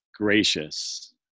gracious